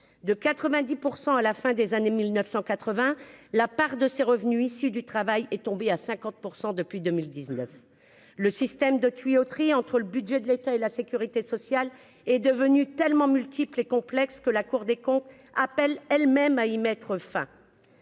de 90 % à la fin des années 1980 la part de ses revenus issus du travail est tombé à 50 pour 100 depuis 2019, le système de tuyauterie entre le budget de l'État et la sécurité sociale est devenue tellement multiple et complexe que la Cour des comptes appelle elles-mêmes à y mettre fin,